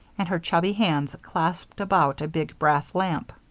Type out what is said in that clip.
and her chubby hands clasped about a big brass lamp.